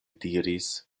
diris